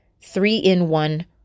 three-in-one